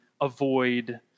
avoid